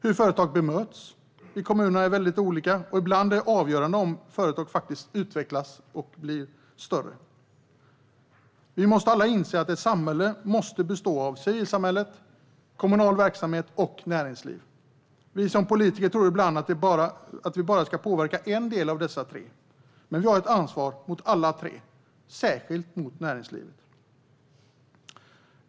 Hur företag bemöts i kommunerna är väldigt olika, och ibland är det avgörande för om företag faktiskt utvecklas och blir större. Vi måste alla inse att ett samhälle måste bestå av civilsamhället, kommunal verksamhet och näringsliv. Vi som politiker tror ibland att vi bara ska påverka en av dessa tre delar, men vi har ett ansvar för alla tre - och särskilt för näringslivet.